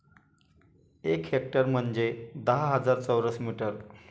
एक हेक्टर म्हणजे दहा हजार चौरस मीटर